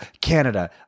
Canada